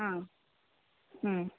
ಹಾಂ ಹ್ಞೂ